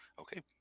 Okay